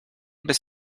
bez